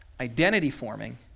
identity-forming